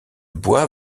bois